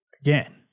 Again